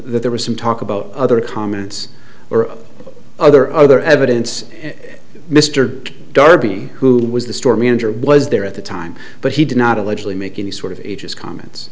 that there was some talk about other comments or other other evidence mr darby who was the store manager was there at the time but he did not allegedly make any sort of his comments